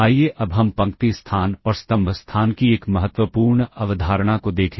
आइए अब हम पंक्ति स्थान और स्तंभ स्थान की एक महत्वपूर्ण अवधारणा को देखें